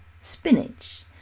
spinach